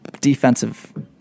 defensive